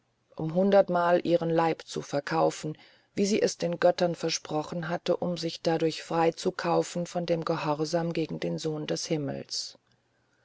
um hundertmal ihren leib zu verkaufen wie sie es den göttern versprochen hatte um sich dadurch frei zu kaufen von dem gehorsam gegen den sohn des himmels